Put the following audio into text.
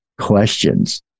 questions